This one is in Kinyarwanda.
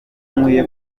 nkwiye